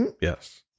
yes